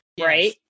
right